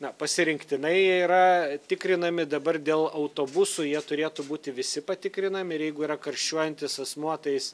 na pasirinktinai jie yra tikrinami dabar dėl autobusų jie turėtų būti visi patikrinami ir jeigu yra karščiuojantis asmuo tai jis